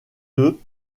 deux